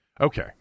Okay